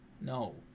No